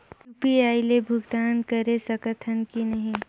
UPI ले भुगतान करे सकथन कि नहीं?